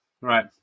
right